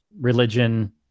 religion